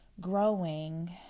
growing